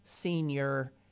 senior